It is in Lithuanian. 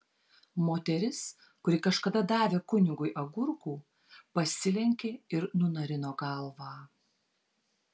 moteris kuri kažkada davė kunigui agurkų pasilenkė ir nunarino galvą